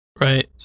right